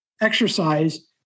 exercise